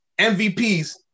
MVPs